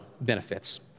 benefits